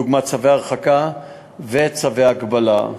דוגמת צווי הרחקה וצווי הגבלה.